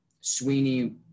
Sweeney